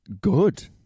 good